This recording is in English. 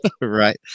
Right